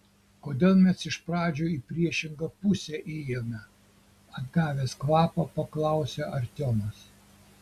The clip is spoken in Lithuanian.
kodėl mes iš pradžių į priešingą pusę ėjome atgavęs kvapą paklausė artiomas